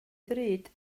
ddrud